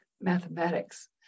mathematics